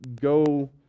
go